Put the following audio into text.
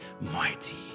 mighty